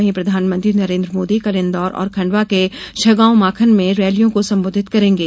वहीं प्रधानमंत्री नरेन्द्र मोदी कल इन्दौर और खंडवा के छैगॉवमाखन में रैलियों को संबोधित करेंगे